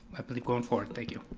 i believe going forward, thank you.